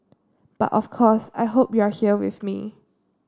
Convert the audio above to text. but of course I hope you're here with me